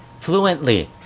fluently